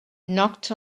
knocked